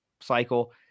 cycle